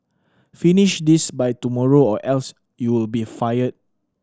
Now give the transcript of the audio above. finish this by tomorrow or else you'll be fired